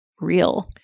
real